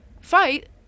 fight